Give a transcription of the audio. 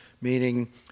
meaning